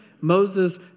Moses